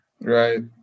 Right